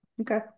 Okay